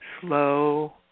slow